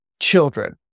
children